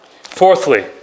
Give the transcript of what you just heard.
Fourthly